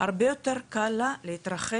הרבה יותר קל לה להתרחב,